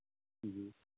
जी